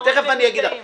מה הם מציעים כאלטרנטיבה?